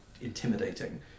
intimidating